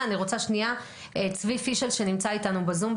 אני רוצה שנייה לשמוע את צבי פישל שנמצא איתנו בזום.